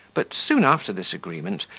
but, soon after this agreement,